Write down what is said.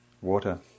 Water